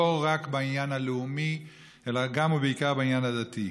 ולא רק בעניין הלאומי אלא גם ובעיקר בעניין הדתי.